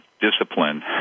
discipline